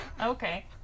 Okay